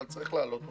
אבל צריך לעלות אותה.